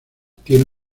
tiene